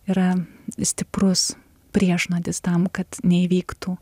yra stiprus priešnuodis tam kad neįvyktų